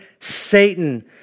Satan